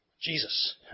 Jesus